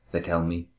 they tell me,